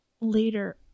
later